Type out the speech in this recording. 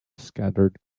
scattered